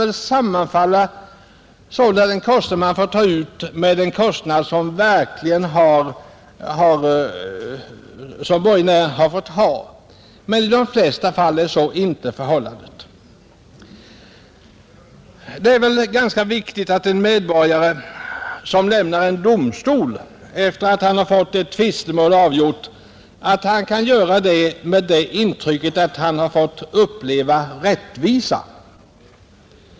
I vissa fall kan den sammanfalla med de kostnader som borgenären verkligen har fått ta på sig, men i de flesta fall är så inte förhållandet. Det är viktigt att en medborgare som lämnar en domstol, efter att ha fått ett tvistemål avgjort, kan göra det med intrycket att han har fått rättvisa.